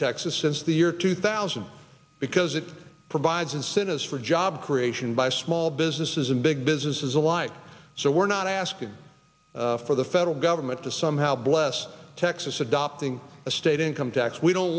texas since the year two thousand because it provides incentives for job creation by small businesses and big businesses alike so we're not asking for the federal government to somehow bless texas adopting a state income tax we don't